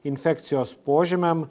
infekcijos požymiam